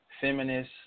feminist